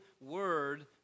word